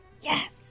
Yes